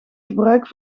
gebruik